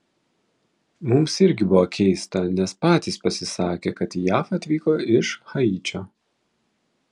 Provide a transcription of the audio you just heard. mums irgi buvo keista nes patys pasisakė kad į jav atvyko iš haičio